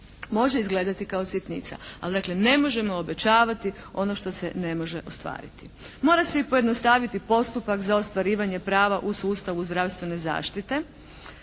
Može izgledati kao sitnica, ali dakle ne možemo obećavati ono što se ne može ostvariti. Mora se i pojednostaviti postupak za ostvarivanje prava u sustavu zdravstvene zaštite.